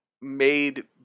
made